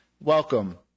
welcome